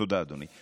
תודה, אדוני.